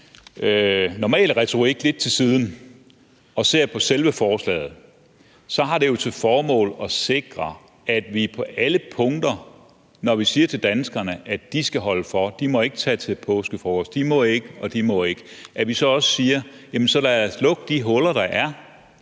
normale retorik lidt til side og ser på selve forslaget, så har det jo til formål at sikre, at vi, når vi siger til danskerne, at de på alle punkter skal holde for – de må ikke tage til påskefrokost, og de må ikke det ene og det andet – så også siger: Så lad os lukke de huller, der er.